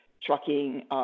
trucking